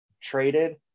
traded